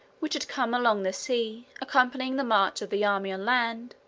which had come along the sea, accompanying the march of the army on land,